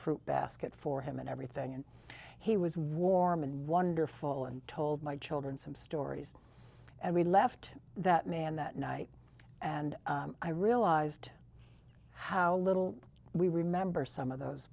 fruit basket for him and everything and he was warm and wonderful and told my children some stories and we left that man that night and i realized how little we remember some of those